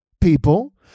people